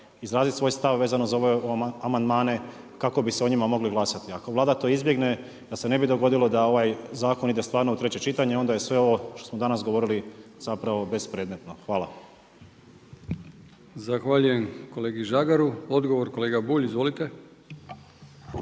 izrazit svoj stav vezano za ove amandmane kako bi se o njima mogli glasati. Ako Vlada to izbjegne, da se ne bi dogodilo da ovaj zakon ide stvarno u treće čitanje. Onda je sve ovo što smo danas govorili zapravo bespredmetno. Hvala. **Brkić, Milijan (HDZ)** Zahvaljujem kolegi Žagaru. Odgovor kolega Bulj, izvolite.